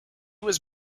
was